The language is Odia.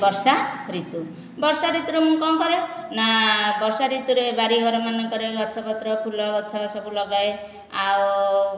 ବର୍ଷା ଋତୁ ବର୍ଷା ଋତୁରେ ମୁଁ କଣ କରେ ନାଁ ବର୍ଷାଋତୁରେ ବାରିଘର ମାନଙ୍କରେ ଗଛପତ୍ର ଫୁଲଗଛ ସବୁ ଲଗାଏ ଆଉ